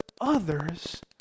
others